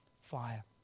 fire